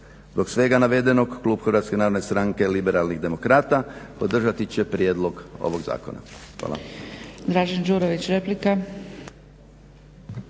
Zbog svega navedenog Klub HNS-a liberalnih demokrata podržati će prijedlog ovog zakona. Hvala.